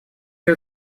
все